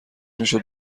میشد